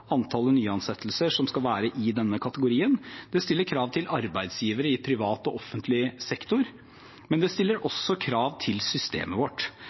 nyansettelser som skal være i denne kategorien – og det stiller krav til arbeidsgivere i privat og offentlig sektor, men det stiller også krav til systemet vårt.